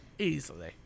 Easily